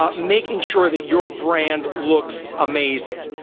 um making sure that your brand looks amazing.